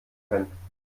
können